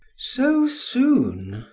so soon?